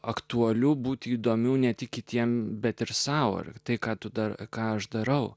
aktualiu būti įdomių ne tik kitiems bet ir sau ar tai ką tu dar ką aš darau